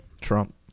Trump